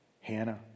Hannah